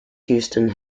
houston